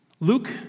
Luke